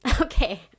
okay